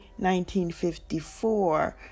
1954